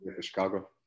Chicago